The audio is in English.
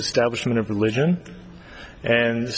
establishment of religion and